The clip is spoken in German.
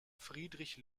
friedrich